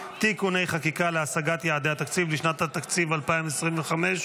(תיקוני חקיקה להשגת יעדי התקציב לשנת התקציב 2025)